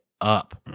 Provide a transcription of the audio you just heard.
up